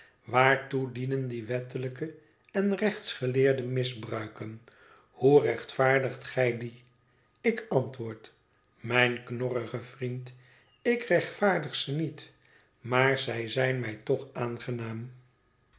waartoe dienen die wettelijke en rechtsgeleerde misbruiken hoe rechtvaardigt gij die ik antwoord mijn knorrige vriend ik rechtvaardig ze niet maar zij zijn mij toch aangenaam